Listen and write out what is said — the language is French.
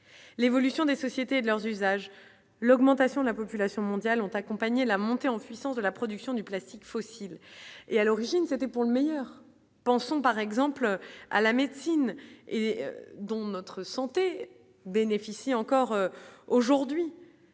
l'évolution des sociétés de leurs usages, l'augmentation de la population mondiale ont accompagné la montée en puissance de la production du plastique fossile est à l'origine, c'était pour le meilleur, pensons par exemple à la médecine et dont notre santé bénéficie encore aujourd'hui,